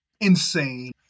insane